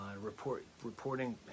reporting